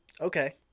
Okay